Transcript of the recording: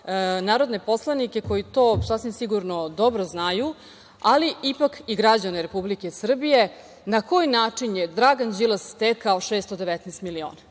narodne poslanike, koji to sasvim sigurno dobro znaju, ali ipak i građane Republike Srbije, na koji način je Dragan Đilas stekao 619 miliona.